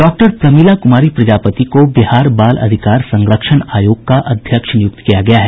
doctor Pramila Kumari Prajapati को बिहार बाल अधिकार संरक्षण आयोग का अध्यक्ष नियुक्त किया गया है